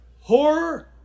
horror